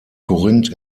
korinth